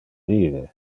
vive